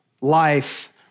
life